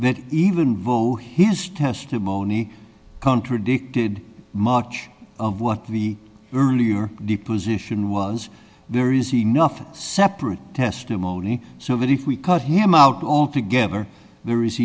that even vote his testimony contradicted march of what we earlier the position was there is enough separate testimony so that if we cut him out altogether there is